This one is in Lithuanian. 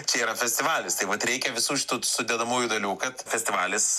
čia yra festivalis tai vat reikia visų šitų sudedamųjų dalių kad festivalis